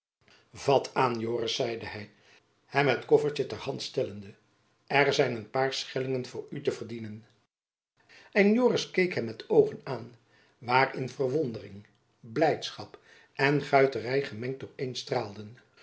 vat aan joris zeide hy hem het koffertjen ter hand stellende er zijn een paar schellingen voor u te verdienen en joris keek hem met oogen aan waarin verwondering blijdschap en guitery gemengd